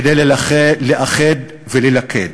כדי לאחד וללכד.